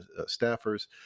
staffers